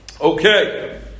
Okay